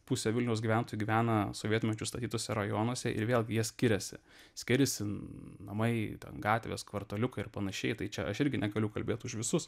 pusė vilniaus gyventojų gyvena sovietmečiu statytuose rajonuose ir vėl jie skiriasi skiriasi namai gatvės kvartaliukai ir panašiai tai čia aš irgi negaliu kalbėt už visus